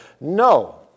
No